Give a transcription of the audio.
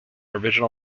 original